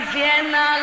Vienna